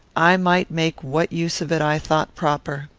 i might make what use of it i thought proper.